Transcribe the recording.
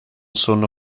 suono